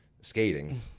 skating